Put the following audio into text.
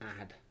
add